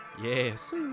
yes